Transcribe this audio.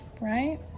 right